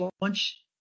launch